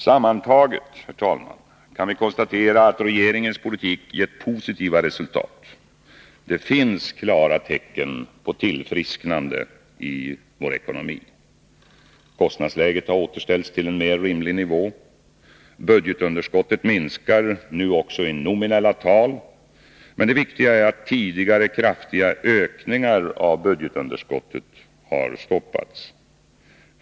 Sammantaget, herr talman, kan vi konstatera att regeringens politik gett positiva resultat. Det finns klara tecken på tillfrisknande i vår ekonomi. Kostnadsläget har återställts till en mer rimlig nivå. Budgetunderskottet minskar nu också i nominella tal, men det viktiga är att tidigare kraftiga ökningar av budgetunderskottet har stoppats.